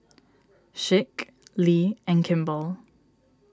Schick Lee and Kimball